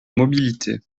mobilité